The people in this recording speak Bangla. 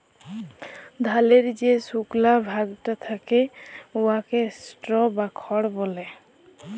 ধালের যে সুকলা ভাগটা থ্যাকে উয়াকে স্ট্র বা খড় ব্যলে